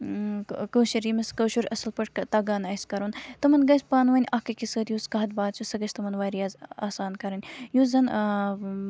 ٲں کٲشُر ییٚمِس کٲشُراصٕل پٲٹھۍ تَگان آسہِ کَرُن تِمَن گَژھہِ پانہٕ وٕنۍ اَکھ أکِس سۭتۍ یُس کَتھ باتھ چھِ سۄ گَژھہِ تِمَن واریاہ آسان کَرٕنۍ یُس زَن